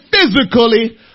physically